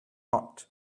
hot